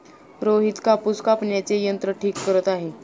रोहित कापूस कापण्याचे यंत्र ठीक करत आहे